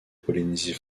polynésie